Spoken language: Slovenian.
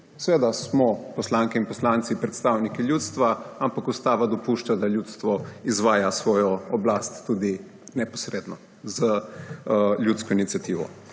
Seveda smo poslanke in poslanci predstavniki ljudstva, ampak ustava dopušča, da ljudstvo izvaja svojo oblast tudi neposredno z ljudsko iniciativo.